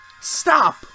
stop